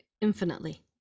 infinitely